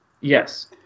Yes